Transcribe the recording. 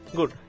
Good